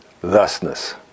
thusness